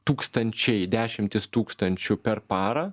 tūkstančiai dešimtys tūkstančių per parą